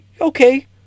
okay